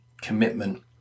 Commitment